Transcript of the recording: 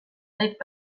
zait